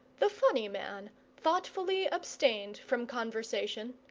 the funny man thoughtfully abstained from conversation,